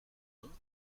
vingts